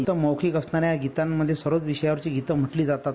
फ़क़त मौखिक असणाऱ्या या गितांमध्ये सर्वच विषयांवरची म्हटली जातात